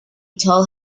told